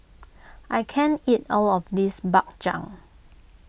I can't eat all of this Bak Chang